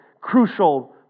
crucial